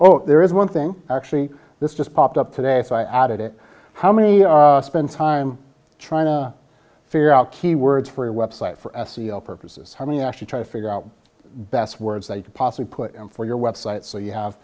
well there is one thing actually this just popped up today if i added it how many spend time trying to figure out keywords for a website for s c l purposes how many actually try to figure out best words they could possibly put in for your website so you have